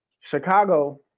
Chicago